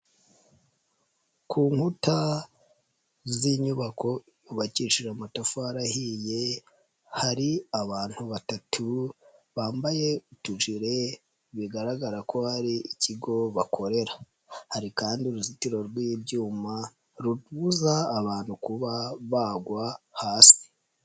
Ku nkuta z'inyubako yubakishije amatafari ahiye hari abantu batatu bambaye utujire bigaragara ko hari ikigo bakorera, hari kandi uruzitiro rw'ibyuma rubuza abantu kuba bagwa hasi.